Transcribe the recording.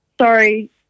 sorry